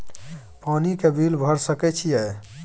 पानी के बिल भर सके छियै?